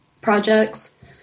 projects